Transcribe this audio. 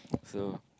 so